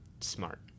smart